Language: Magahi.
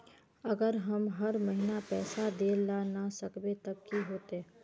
अगर हम हर महीना पैसा देल ला न सकवे तब की होते?